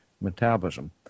metabolism